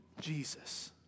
Jesus